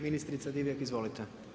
Ministrica Divjak, izvolite.